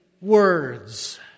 words